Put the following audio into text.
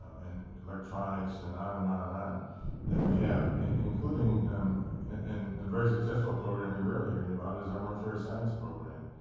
and electronics, and on and on and on that we have including and and very successful program we rarely hear anything about is our mortuary science program.